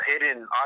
hidden